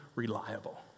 reliable